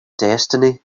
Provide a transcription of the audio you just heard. destiny